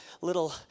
little